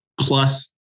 plus